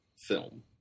film